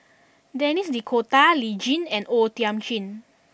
Denis D'Cotta Lee Tjin and O Thiam Chin